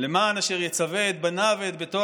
"למען אשר יצוֶה את בניו ואת ביתו